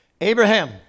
Abraham